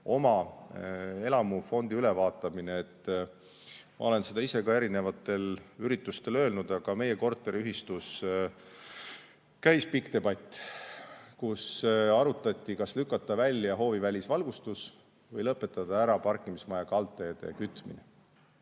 oma elamufondi ülevaatamine [oluline]. Ma olen seda ka ise erinevatel üritustel öelnud. Meie korteriühistus käis pikk debatt, kus arutati, kas lülitada välja hoovi välisvalgustus või lõpetada parkimismaja kaldteede kütmine.